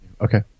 Okay